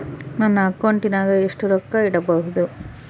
ನನ್ನ ಅಕೌಂಟಿನಾಗ ಎಷ್ಟು ರೊಕ್ಕ ಇಡಬಹುದು?